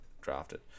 drafted